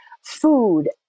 Food